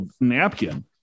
napkin